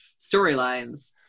storylines